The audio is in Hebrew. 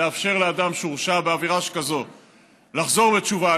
לאפשר לאדם שהורשע בעבירה שכזאת לחזור בתשובה,